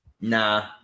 Nah